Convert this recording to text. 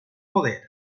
poder